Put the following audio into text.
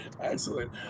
Excellent